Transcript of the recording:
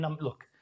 look